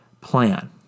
plan